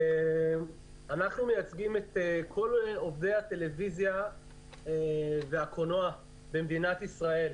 אנחנו מייצגים את כל עובדי הטלוויזיה והקולנוע במדינת ישראל.